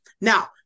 now